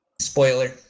Spoiler